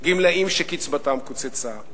גמלאים שקצבתם קוצצה,